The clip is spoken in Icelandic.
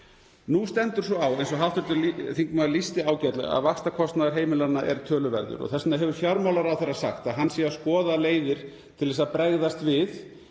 Nú stendur svo á, eins og hv. þingmaður lýsti ágætlega, að vaxtakostnaður heimilanna er töluverður og þess vegna hefur fjármálaráðherra sagt að hann sé að skoða leiðir til að bregðast við